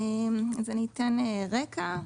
אתן רקע,